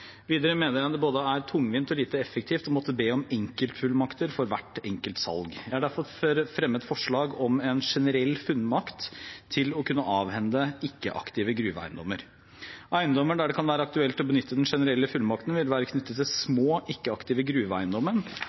Videre mener jeg det er både tungvint og lite effektivt å måtte be om enkeltfullmakter for hvert enkelt salg. Jeg har derfor fremmet forslag om en generell fullmakt til å kunne avhende ikke-aktive gruveeiendommer. Eiendommer der det kan være aktuelt å benytte den generelle fullmakten, vil være knyttet til små,